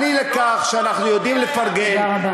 תודה רבה.